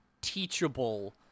teachable